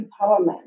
empowerment